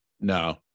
No